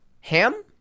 Ham